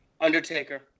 Undertaker